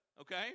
okay